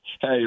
Hey